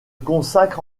consacre